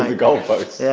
ah goalposts! yeah